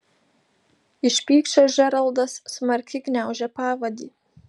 iš pykčio džeraldas smarkiai gniaužė pavadį